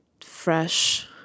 fresh